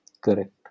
Correct